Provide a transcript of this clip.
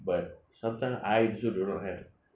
but sometimes I also do not have